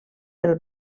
del